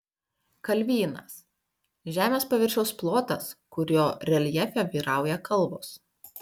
kalvynas žemės paviršiaus plotas kurio reljefe vyrauja kalvos